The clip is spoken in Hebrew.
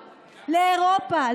לאירופה,